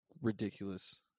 ridiculous